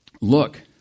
look